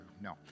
no